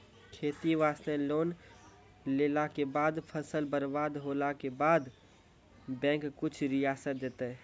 खेती वास्ते लोन लेला के बाद फसल बर्बाद होला के बाद बैंक कुछ रियायत देतै?